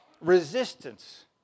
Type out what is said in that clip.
resistance